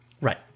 Right